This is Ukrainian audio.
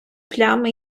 плями